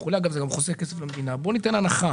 וזה גם חוסך כסף למדינה בואו ניתן הנחה